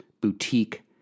boutique